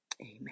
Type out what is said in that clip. amen